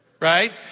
right